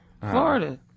Florida